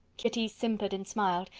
kitty simpered and smiled,